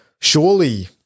surely